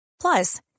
Plus